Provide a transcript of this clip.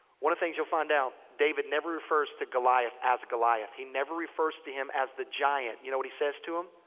one of the things you'll find out. david never refers to goliath as goliath. he never refers to him as the giant. you know what he says to him?